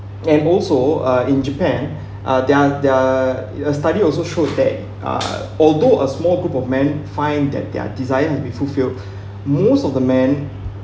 and also uh in japan they're they're uh it a study also shows that uh although a small group of men find that they are desire to be fulfilled most of the men